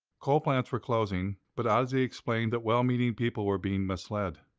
coal plants were closing, but ozzie explained that well meaning people were being misled.